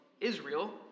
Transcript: Israel